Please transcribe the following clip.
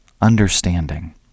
understanding